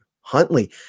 Huntley